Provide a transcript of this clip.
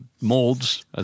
molds